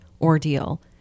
ordeal